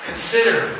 Consider